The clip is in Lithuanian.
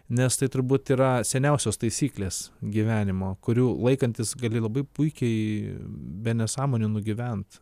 nes tai turbūt yra seniausios taisyklės gyvenimo kurių laikantis gali labai puikiai be nesąmonių nugyvent